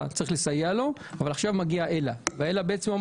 היא שצריך לסייע לו אבל עכשיו מגיע אלא ו-האלא אומר